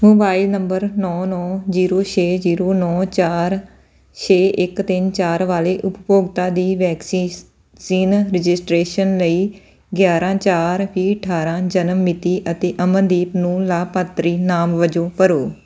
mobile number ਨੌਂ ਨੌਂ zero ਛੇ ਜੀਰੋ ਨੌਂ ਚਾਰ ਛੇ ਇੱਕ ਤਿੰਨ ਚਾਰ ਵਾਲੇ ਉਪਭੋਗਤਾ ਦੀ ਵੈਕਸੀ ਸੀਨ ਰਜਿਸਟ੍ਰੇਸ਼ਨ ਲਈ ਗਿਆਰਾਂ ਚਾਰ ਵੀਹ ਅਠਾਰਾਂ ਜਨਮ ਮਿਤੀ ਅਤੇ ਅਮਨਦੀਪ ਨੂੰ ਲਾਭਪਾਤਰੀ ਨਾਮ ਵਜੋਂ ਭਰੋ